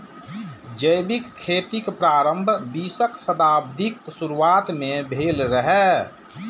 जैविक खेतीक प्रारंभ बीसम शताब्दीक शुरुआत मे भेल रहै